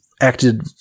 acted